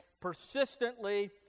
persistently